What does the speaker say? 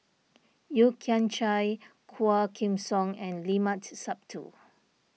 Yeo Kian Chye Quah Kim Song and Limat Sabtu